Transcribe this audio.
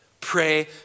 Pray